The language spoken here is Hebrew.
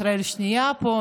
ישראל השנייה פה?